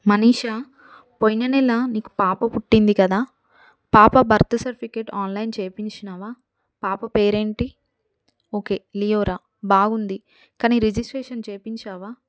మనీషా పొయిన నెల నీకు పాప పుట్టింది కదా పాప బర్త్ సర్టిఫికేట్ ఆన్లైన్ చేయించినావా పాప పేరెంటి ఓకే లియోరా బాగుంది కానీ రిజిస్ట్రేషన్ చేయించావా